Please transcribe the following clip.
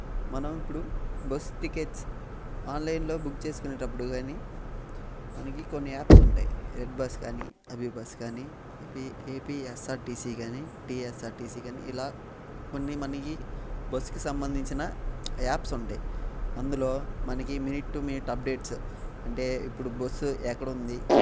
మనం ఇప్పుడు bus tickets ఆన్లైన్లో బుక్ చేసుకునేటప్పుడు కానీ మనకి కొన్ని యాప్స్ ఉంటాయి రెడ్ బస్ కానీ అభీ బస్ కానీ A P S R T C కానీ T S R T C కానీ ఇలా కొన్ని మనకి బస్సుకి సంబంధించిన యాప్స్ ఉంటాయి అందులో మనకి మినిట్ టు మినిట్ అప్డేట్స్ అంటే ఇప్పుడు బస్సు ఎక్కడ ఉంది